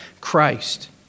Christ